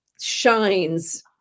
shines